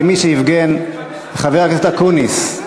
חבר הכנסת אקוניס,